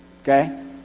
Okay